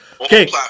Okay